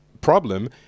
problem